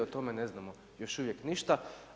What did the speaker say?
O tome ne znamo još uvijek ništa.